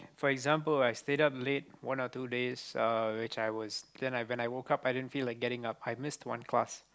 for example I stayed up late one or two days uh which I was then when I woke up i didn't feel like getting up I missed one class